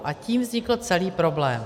A tím vznikl celý problém.